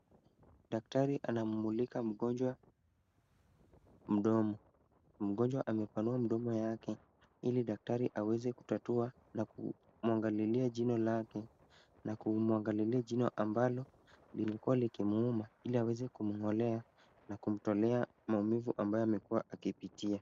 Daktari anammulika mgonjwa mdomo. Mgonjwa amepanua mdomo yake ili daktari aweze kutatua na kumwangalilia jino lake na kumwangalilia jino ambalo lilikua likimuuma ili aweze kumng'olea na kumtolea maumivu ambayo amekua akipitia.